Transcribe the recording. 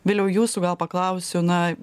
viliau jūsų gal paklausiu na